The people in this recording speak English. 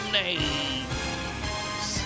names